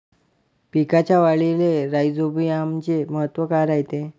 पिकाच्या वाढीले राईझोबीआमचे महत्व काय रायते?